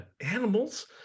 animals